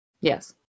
Yes